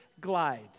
glide